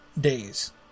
days